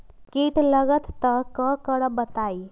कीट लगत त क करब बताई?